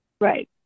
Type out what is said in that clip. Right